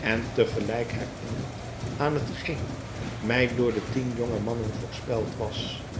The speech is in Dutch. en te gelijk herinnerd aan hetgeen mij door de tien jonge mannen voorspeld was